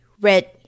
red